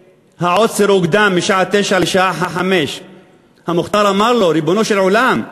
שהעוצר הוקדם משעה 09:00 לשעה 17:00. המוכתר אמר לו: ריבונו של עולם,